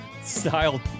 style